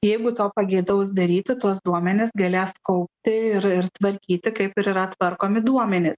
jeigu to pageidaus daryti tuos duomenis galės kaupti ir ir tvarkyti kaip ir yra tvarkomi duomenys